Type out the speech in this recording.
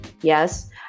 yes